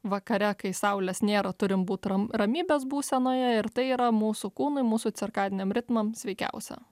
vakare kai saulės nėra turim būt ram ramybės būsenoje ir tai yra mūsų kūnui mūsų cirkadiniam ritmam sveikiausia